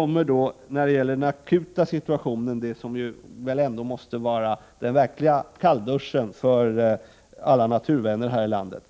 viktiga. När det gäller den akuta situationen kommer väl det som ändå måste vara den verkliga kallduschen för alla naturvänner här i landet.